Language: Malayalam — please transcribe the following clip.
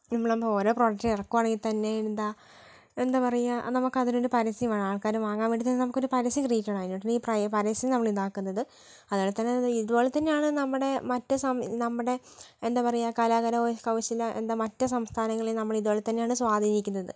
നമ്മൾ ഇന്ന് ഓരോ പ്രോഡക്റ്റ് ഇറക്കുവാണെങ്കിൽ തന്നെ എന്താ എന്താ പറയാ നമുക്കതിനൊരു പരസ്യം വേണം ആൾക്കാർവാങ്ങാൻ വേണ്ടീട്ട് തന്നെ നമുക്ക് ഒരു പരസ്യം ക്രീയേറ്റ് ചെയ്യണം അതിന് വേണ്ടീട്ട് ഈ പരസ്യം നമ്മളിതാക്കുന്നത് അതുപോലെ തന്നെ ഇതുപോലെ തന്നെയാണ് നമ്മുടെ മറ്റ് സം നമ്മുടെ എന്താ പറയാ കലാ കരകൗശല എന്താ മറ്റ് സംസ്ഥാനങ്ങളെ നമ്മളിത് പോലെ തന്നെയാണ് സ്വാധീനിക്കുന്നത്